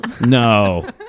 No